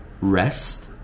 rest